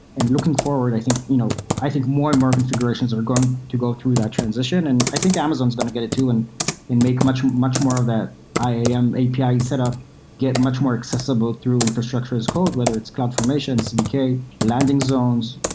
and looking forward, i think you know i think more and more configurations are going to go through that transition, and i think amazon is going to get it too and and make much much more of that iam api set up get much more accessible through infrastructure as code, whether it's cloudformation, cdk, landing zones,